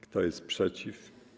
Kto jest przeciw?